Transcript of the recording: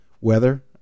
weather